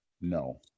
no